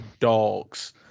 dogs